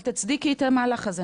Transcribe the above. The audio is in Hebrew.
אבל תצדיקי את המהלך הזה,